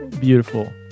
Beautiful